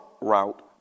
route